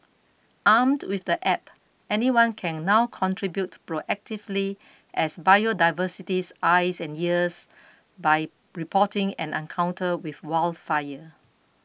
armed with the app anyone can now contribute proactively as biodiversity's eyes and ears by reporting an encounter with warefare